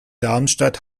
darmstadt